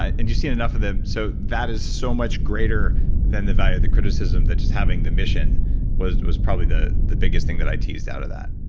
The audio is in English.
and you'd seen enough of them, so that is so much greater than the value of the criticism that just having the mission was was probably the the biggest thing that i teased outta that.